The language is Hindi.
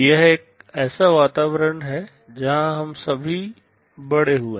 यह एक ऐसा वातावरण है जहाँ हम सभी बड़े हुए हैं